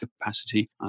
capacity